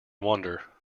wander